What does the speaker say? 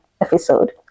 episode